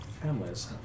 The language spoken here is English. families